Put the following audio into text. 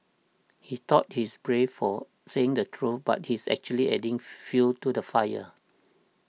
he thought he's brave for saying the truth but he's actually adding fuel to the fire